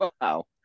wow